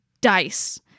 dice